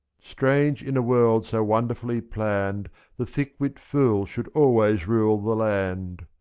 strange in a world so wonderfully planned the thick-wit fool should always rule the land,